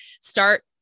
start